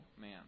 man